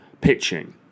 pitching